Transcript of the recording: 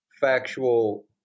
factual